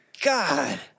God